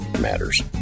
matters